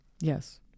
Yes